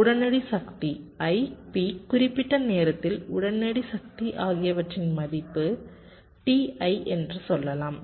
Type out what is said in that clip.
உடனடி சக்திIP குறிப்பிட்ட நேரத்தில் உடனடி சக்தி ஆகியவற்றின் மதிப்பு ti என்று சொல்லலாம்